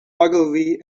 ogilvy